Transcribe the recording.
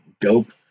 dope